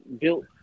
built